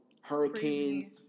Hurricanes